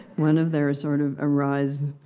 one of their sort of, arise,